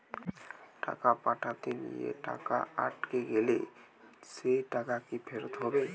টাকা পাঠাতে গিয়ে টাকা আটকে গেলে সেই টাকা কি ফেরত হবে?